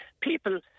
people